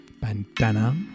Bandana